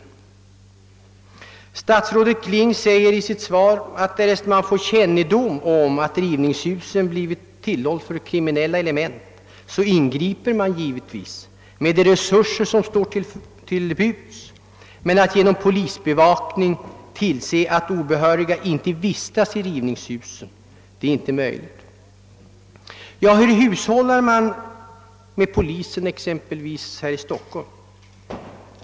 Statsrådet Kling säger 1 sitt svar att därest man får kännedom om att rivningshus blir tillhåll för kriminella element ingriper man givetvis med de resurser som står till buds, men att genom polisbevakning tillse att obehöriga inte vistas i rivningshusen är inte möjligt. Men hur hushållar man då med polisens resurser exempelvis här i Stockholm?